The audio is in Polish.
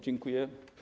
Dziękuję.